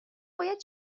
باید